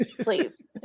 Please